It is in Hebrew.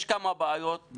יש כמה בעיות.